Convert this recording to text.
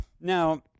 Now